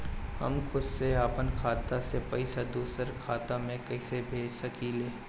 हम खुद से अपना खाता से पइसा दूसरा खाता में कइसे भेज सकी ले?